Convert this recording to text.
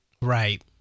Right